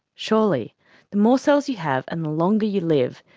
surely the more cells you have and the longer you live,